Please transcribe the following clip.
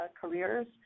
careers